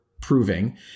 proving